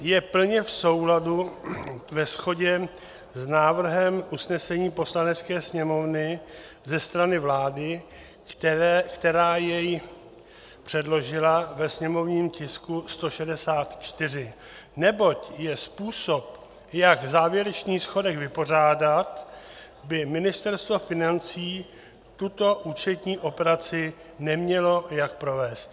Je plně v souladu a ve shodě s návrhem usnesení Poslanecké sněmovny ze strany vlády, která jej předložila ve sněmovním tisku 164, neboť je způsob (?), jak závěrečný schodek vypořádat, by Ministerstvo financí tuto účetní operaci nemělo jak provést.